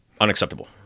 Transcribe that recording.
unacceptable